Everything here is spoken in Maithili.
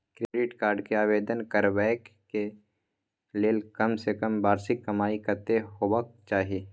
क्रेडिट कार्ड के आवेदन करबैक के लेल कम से कम वार्षिक कमाई कत्ते होबाक चाही?